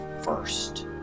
first